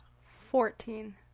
Fourteen